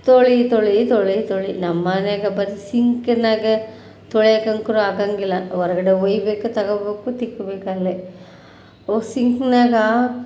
ತೊಳಿ ತೊಳಿ ತೊಳಿ ತೊಳಿ ನಮ್ಮನ್ಯಾಗ ಬರಿ ಸಿಂಕ್ನಾಗ ತೊಳೆಯೋಕಂತೂ ಆಗೋಂಗಿಲ್ಲ ಹೊರಗಡೆ ಓಯ್ಬೇಕು ತಗೊಳ್ಬೇಕು ತಿಕ್ಕಬೇಕಲ್ಲೇ ಅವು ಸಿಂಕ್ನಾಗ